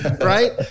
Right